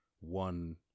one